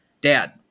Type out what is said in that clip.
Dad